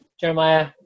Jeremiah